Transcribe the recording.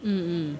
mm mm